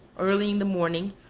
early in the morning,